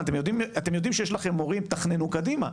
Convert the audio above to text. אתם יודעים שיש לכם מורים תתכננו קדימה,